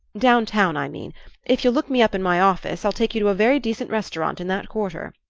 down town, i mean if you'll look me up in my office i'll take you to a very decent restaurant in that quarter.